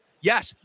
Yes